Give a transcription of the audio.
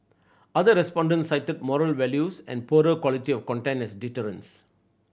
other respondents cited moral values and poorer quality of content as deterrents